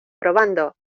probando